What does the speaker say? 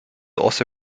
also